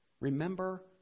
Remember